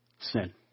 sin